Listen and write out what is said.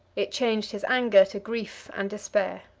it changed his anger to grief and despair.